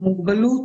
מוגבלות